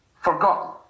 forgotten